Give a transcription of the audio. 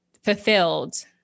fulfilled